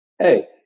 hey